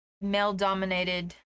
male-dominated